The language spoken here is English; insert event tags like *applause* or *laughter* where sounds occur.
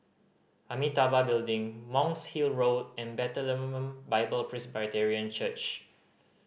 Amitabha Building Monk's Hill Road and *unintelligible* Bible Presbyterian Church